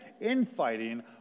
infighting